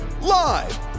Live